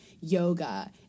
yoga